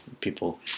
People